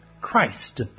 Christ